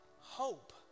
hope